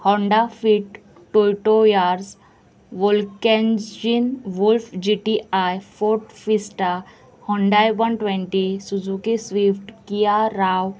Honda fit Toyota Yaris Volkswagen Golf G T I Ford Vista Hyundai one twenty Suzuki Swift Kia Rao